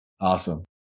Awesome